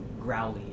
growly